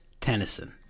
Tennyson